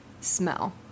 smell